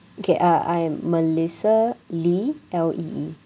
okay uh I am melissa lee L E E